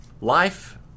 Life